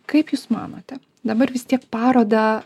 kaip jūs manote dabar vis tiek parodą